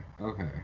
okay